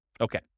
Okay